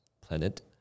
planet